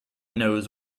knows